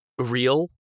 real